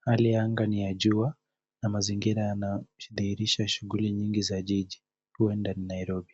Hali ya anga ni ya jua na mazingira yanadhihirisha shughuli nyingi za jiji, huenda ni Nairobi.